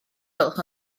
gwelwch